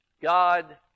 God